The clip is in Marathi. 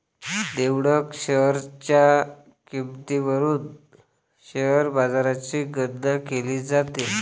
निवडक शेअर्सच्या किंमतीवरून शेअर बाजाराची गणना केली जाते